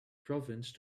province